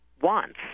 wants